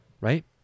Right